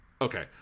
Okay